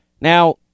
Now